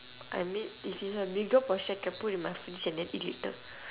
I mean if it's a bigger portion can put in my fridge and then eat later